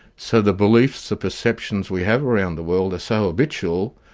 so the beliefs, the perceptions we have around the world are so habitual,